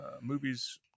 movies